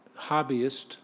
hobbyist